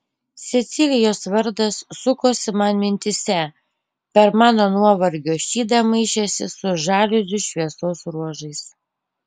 cecilijos vardas sukosi man mintyse per mano nuovargio šydą maišėsi su žaliuzių šviesos ruožais